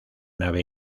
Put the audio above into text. nave